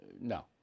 No